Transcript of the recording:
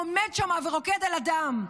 עומד שם ורוקד על הדם.